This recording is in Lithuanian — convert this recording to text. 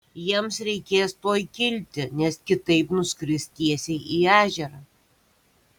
jiems reikės tuoj kilti nes kitaip nuskris tiesiai į ežerą